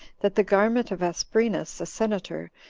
that the garment of asprenas, a senator,